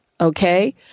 Okay